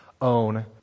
own